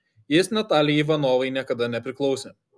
jis natalijai ivanovai niekada nepriklausė